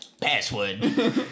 Password